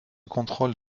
contrôle